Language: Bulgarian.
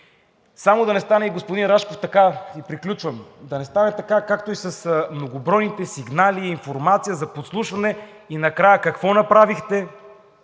само да не стане така – приключвам, да не стане така както с многобройните сигнали и информация за подслушване, а накрая какво направихте